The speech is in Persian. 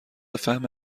فهم